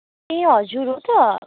ए हजुर हो त